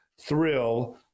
thrill